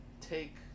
take